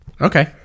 Okay